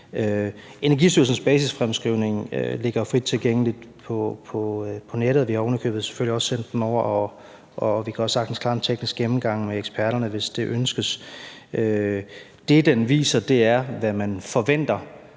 Energistyrelsens basisfremskrivning ligger frit tilgængeligt på nettet. Vi har ovenikøbet, selvfølgelig, også sendt den over, og vi kan også sagtens klare en teknisk gennemgang ved eksperterne, hvis det ønskes. Det, den viser, er, hvad man forventer